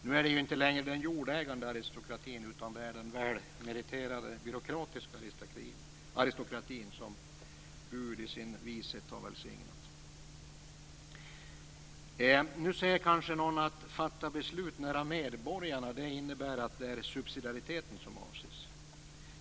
Nu är det inte längre den jordägande aristokratin utan den välmeriterade byråkratiska aristokratin som Gud i sin vishet har välsignat. Nu säger kanske någon att det som avses med att "fatta beslut nära medborgarna" är subsidiariteten.